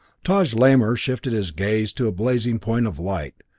taj lamor shifted his gaze to a blazing point of light,